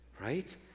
right